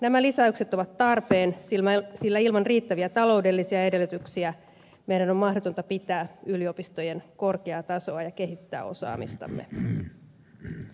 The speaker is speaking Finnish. nämä lisäykset ovat tarpeen sillä ilman riittäviä taloudellisia edellytyksiä meidän on mahdotonta pitää yliopistojen korkeaa tasoa ja kehittää osaamistamme